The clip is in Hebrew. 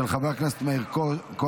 של חבר הכנסת מאיר כהן.